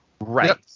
Right